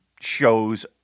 shows